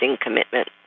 commitment